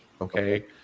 Okay